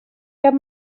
cap